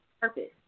Purpose